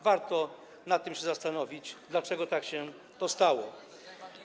Warto nad tym się zastanowić, dlaczego tak się stało.